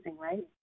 right